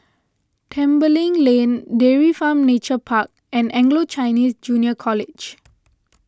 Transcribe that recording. Tembeling Lane Dairy Farm Nature Park and Anglo Chinese Junior College